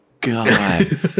god